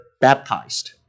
baptized